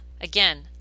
again